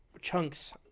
chunks